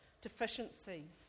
deficiencies